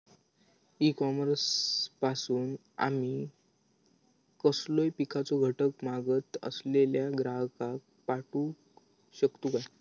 E commerce पासून आमी कसलोय पिकाचो घटक मागत असलेल्या ग्राहकाक पाठउक शकतू काय?